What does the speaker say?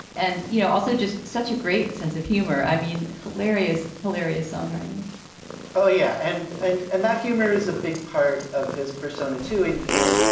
and, you know, also just such a great sense of humor. i mean, hilarious, hilarious songwriting oh, yeah. and and and that humor is a big part of his persona, too. you know,